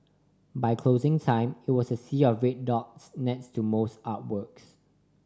by closing time it was a sea of red dots next to most artworks